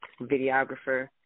videographer